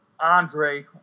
Andre